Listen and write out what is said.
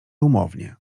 umownie